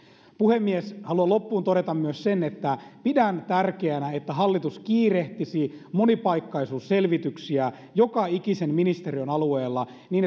puhemies haluan loppuun todeta myös sen että pidän tärkeänä että hallitus kiirehtisi monipaikkaisuusselvityksiä joka ikisen ministeriön alueella niin